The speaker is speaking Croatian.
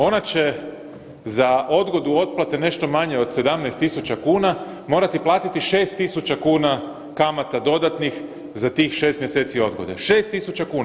Ona će za odgodu otplate nešto manje od 17 tisuća kuna, morati platiti 6.000 kuna kamata dodatnih za tih 6 mjeseci odgode, 6.000 kuna.